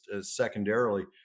secondarily